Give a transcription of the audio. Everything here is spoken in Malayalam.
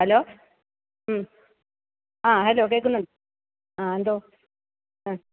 ഹലോ മ് ആ ഹലോ കേൾക്കുന്നു ആ എന്തോ അ